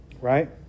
Right